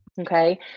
Okay